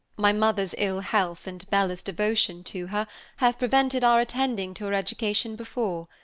my mother's ill health and bella's devotion to her have prevented our attending to her education before.